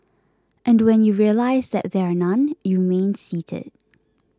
and when you realise that there are none you remain seated